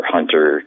Hunter